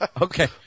Okay